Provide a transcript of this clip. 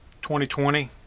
2020